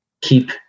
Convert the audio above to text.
keep